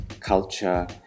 culture